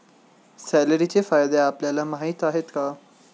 सेलेरीचे फायदे आपल्याला माहीत आहेत का?